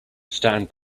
stand